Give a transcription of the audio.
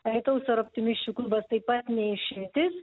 alytaus sor optimisčių klubas taip pat ne išimtis